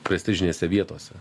prestižinėse vietose